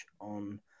on